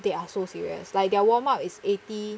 they are so serious like their warm up is eighty